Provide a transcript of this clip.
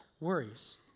worries